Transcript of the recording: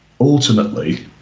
ultimately